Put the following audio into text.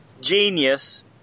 genius